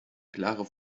klare